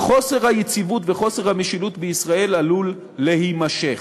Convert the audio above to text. חוסר היציבות וחוסר המשילות בישראל עלולים להימשך.